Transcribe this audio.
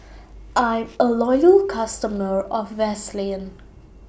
I'm A Loyal customer of Vaselin